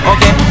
Okay